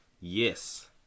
Yes